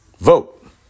Vote